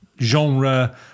genre